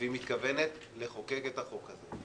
והיא מתכוונת לחוקק את החוק הזה.